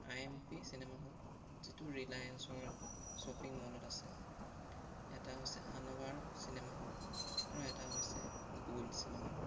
আই M P cinema hall যিটো ৰিলায়েঞ্চৰ shopping মলত আছে এটা হৈছে আনোৱাৰ চিনেমা হল আৰু এটা হৈছে গোল্ড চিনেমা হল